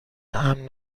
امن